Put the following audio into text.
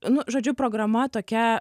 nu žodžiu programa tokia